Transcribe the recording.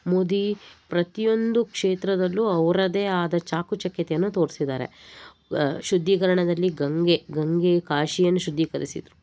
ಮೋದಿ ಪ್ರತಿಯೊಂದು ಕ್ಷೇತ್ರದಲ್ಲೂ ಅವರದ್ದೇ ಆದ ಚಾಕುಚಕ್ಯತೆಯನ್ನು ತೋರಿಸಿದ್ದಾರೆ ಶುದ್ಧೀಕರಣದಲ್ಲಿ ಗಂಗೆ ಗಂಗೆ ಕಾಶಿಯನ್ನ ಶುದ್ಧೀಕರಿಸಿದರು